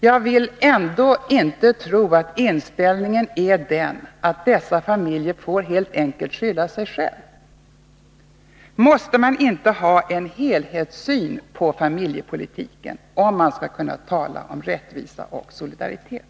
Jag vill ändå inte tro att man har den inställningen att dessa familjer helt enkelt får skylla sig själva. Måste man inte ha en helhetssyn på familjepolitiken, om man skall kunna tala om rättvisa och solidaritet?